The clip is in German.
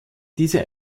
diese